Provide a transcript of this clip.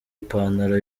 ipantaro